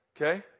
Okay